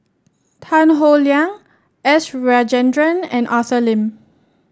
Tan Howe Liang S Rajendran and Arthur Lim